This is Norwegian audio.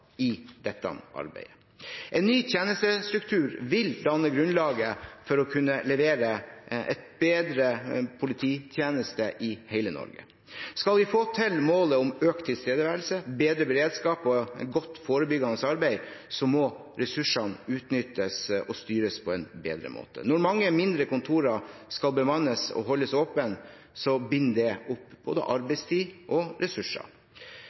i dette arbeidet. En ny tjenestestruktur vil danne grunnlaget for å kunne levere en bedre polititjeneste i hele Norge. Skal vi få til målet om økt tilstedeværelse, bedre beredskap og et godt forebyggende arbeid, må ressursene utnyttes og styres på en bedre måte. Når mange mindre kontorer skal bemannes og holdes åpne, binder det opp både arbeidstid og ressurser. Ved å slå sammen kontorer en del steder kan vi frigjøre ressurser.